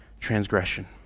transgression